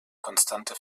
konstante